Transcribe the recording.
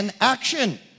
action